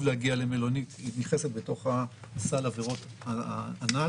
להגיע למלונית נכנסת בתוך סל העבירות הנ"ל.